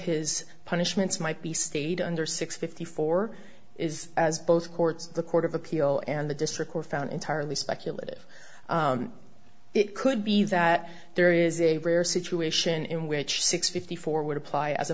his punishments might be stayed under six fifty four is as both a court the court of appeal and the district court found entirely speculative it could be that there is a rare situation in which six fifty four would apply as a